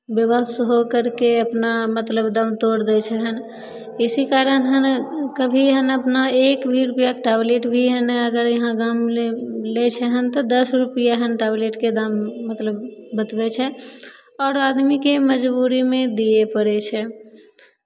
बेबस होकर कऽ अपना मतलब दम तोड़ि दै छहनि इसी कारण हन कभी एहन अपना एक भी रुपैआके टेबलेट भी एहन ने इहाँ अगर गाँवमे लऽ लै छहनि तऽ दस रुपैआ हैन टेबलेटके दाम मतलब बतबै छै आओर आदमीकेँ मजबूरीमे दिअ पड़ै छै